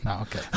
Okay